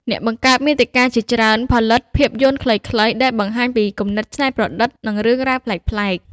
អ្នកបង្កើតមាតិកាជាច្រើនផលិតភាពយន្តខ្លីៗដែលបង្ហាញពីគំនិតច្នៃប្រឌិត និងរឿងរ៉ាវប្លែកៗ។